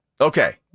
Okay